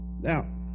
now